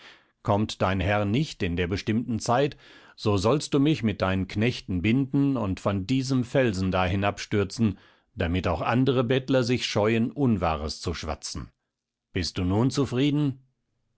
kommt dein herr nicht in der bestimmten zeit so sollst du mich mit deinen knechten binden und von diesem felsen da hinabstürzen damit auch andere bettler sich scheuen unwahres zu schwatzen bist du nun zufrieden